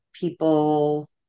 people